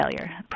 failure